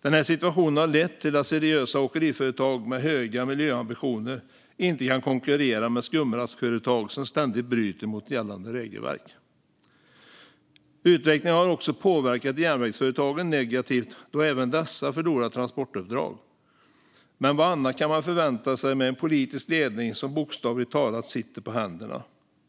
Den här situationen har lett till att seriösa åkeriföretag med höga miljöambitioner inte kan konkurrera med skumraskföretag som ständigt bryter mot gällande regelverk. Utvecklingen har också påverkat järnvägsföretagen negativt då dessa förlorar transportuppdrag. Men vad annat kan man förvänta sig med en politisk ledning som bokstavligt talat sitter på händerna?